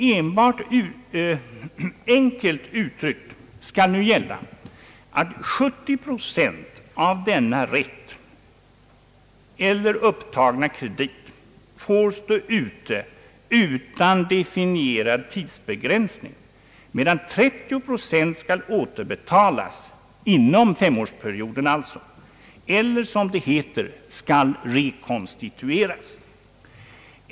Enkelt uttryckt skall nu gälla att 70 procent av denna rätt eller upptagna krediter får stå ute utan definierad tidsbegränsning, medan 30 procent skall återbetalas inom femårsperioden eller, som det heter, skall rekonstitueras.